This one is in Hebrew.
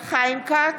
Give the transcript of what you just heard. חיים כץ,